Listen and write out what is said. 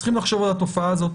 צריכים לחשוב על התופעה הזאת.